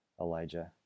Elijah